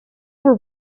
were